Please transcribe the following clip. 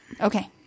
Okay